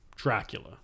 dracula